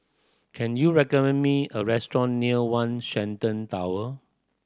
can you recommend me a restaurant near One Shenton Tower